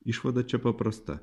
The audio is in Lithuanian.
išvada čia paprasta